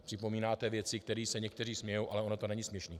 Připomínáte věci, kterým se někteří smějí, ale ono to není směšné.